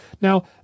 Now